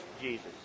Jesus